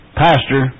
pastor